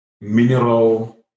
mineral